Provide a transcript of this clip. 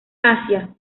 asia